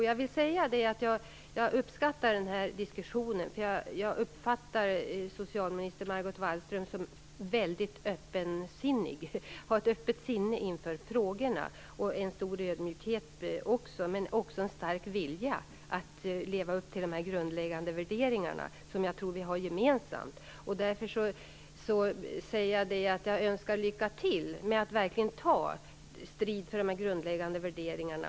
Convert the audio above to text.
Jag uppskattar denna diskussion, för jag uppfattar att socialminister Margot Wallström har ett öppet sinne inför frågorna och en stor ödmjukhet men också en stark vilja att leva upp till de grundläggande värderingar som jag tror att vi har gemensamt. Därför önskar jag lycka till med att verkligen ta strid för dessa grundläggande värderingar.